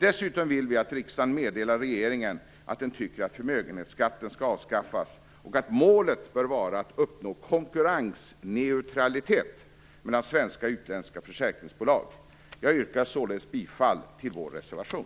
Dessutom vill vi att riksdagen meddelar regeringen att den tycker att förmögenhetsskatten skall avskaffas, och att målet bör vara att uppnå konkurrensneutralitet mellan svenska och utländska försäkringsbolag. Jag yrkar således bifall till vår reservation.